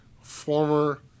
former